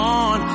on